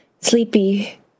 Sleepy